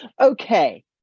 Okay